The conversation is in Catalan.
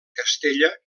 castella